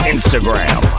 Instagram